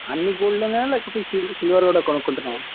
అన్నీ గోల్డ్లోనేనా లేకపోతే సి సిల్వర్ కూడా కొనుక్కుంటున్నావా